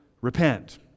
repent